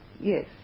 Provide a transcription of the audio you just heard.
yes